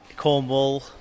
Cornwall